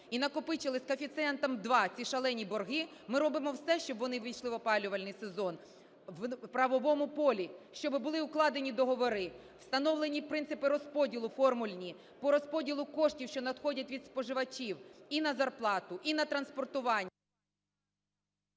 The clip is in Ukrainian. і накопичили з коефіцієнтом 2 ці шалені борги, ми робимо все, щоб вони увійшли в опалювальний сезон. В правовому полі щоб були укладені договори, встановлені принципи розподілу формульні по розподілу коштів, що надходять від споживачів, і на зарплату, і на транспортування…